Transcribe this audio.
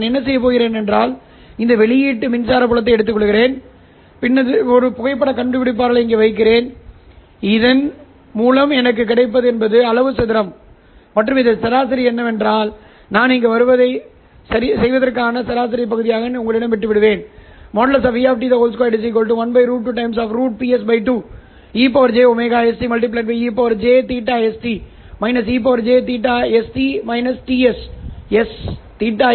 நான் என்ன செய்கிறேன் இந்த வெளியீட்டு மின்சார புலத்தை எடுத்துக்கொள்கிறேன் பின்னர் ஒரு புகைப்படக் கண்டுபிடிப்பாளரை இங்கே வைக்கவும் இதன் மூலம் எனக்கு கிடைப்பது அளவு சதுரம் மற்றும் இதன் சராசரி என்னவென்றால் நான் இங்கு வருவதைச் செய்வதற்கான சராசரி பகுதியை நீங்கள் விட்டுவிடுவீர்கள் |Eout|2¿ 1√2√ Ps2 e jωste jθs−e jθst−T s∨¿2